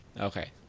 Okay